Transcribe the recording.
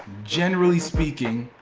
generally speaking,